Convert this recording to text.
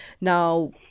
Now